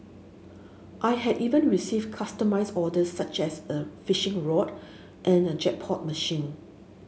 I have even received customised orders such as a fishing rod and a jackpot machine